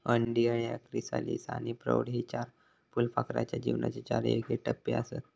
अंडी, अळ्या, क्रिसालिस आणि प्रौढ हे चार फुलपाखराच्या जीवनाचे चार येगळे टप्पेआसत